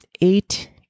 Eight